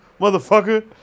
motherfucker